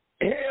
hell